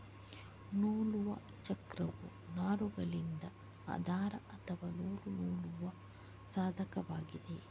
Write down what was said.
ನೂಲುವ ಚಕ್ರವು ನಾರುಗಳಿಂದ ದಾರ ಅಥವಾ ನೂಲು ನೂಲುವ ಸಾಧನವಾಗಿದೆ